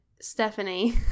Stephanie